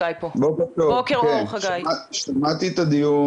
בוקר טוב, שמעתי את הדיון.